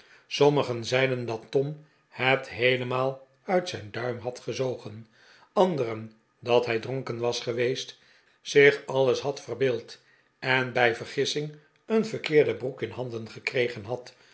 sommigen zeiden dat tom het heelemaal uit zijn duim had gezogen anderen dat hij dronken was geweest zich alles verbeeld en bij vergissing een verkeerde broek in handen gekregen had